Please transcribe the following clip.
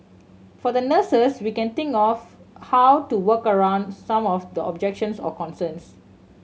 for the nurses we can think of how to work around some of the objections or concerns